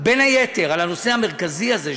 בין היתר בנושא המרכזי הזה,